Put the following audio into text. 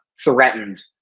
threatened